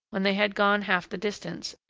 when they had gone half the distance,